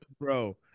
bro